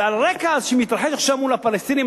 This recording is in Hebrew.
ועל רקע מה שמתרחש עכשיו מול הפלסטינים,